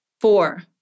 Four